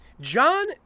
John